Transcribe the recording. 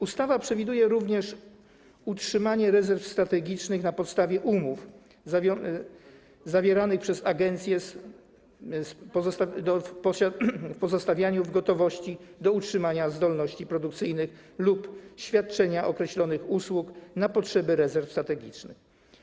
Ustawa przewiduje również utrzymanie rezerw strategicznych na podstawie umów zawieranych przez agencje o pozostawaniu w gotowości do utrzymania zdolności produkcyjnych lub świadczenia określonych usług na potrzeby rezerw strategicznych.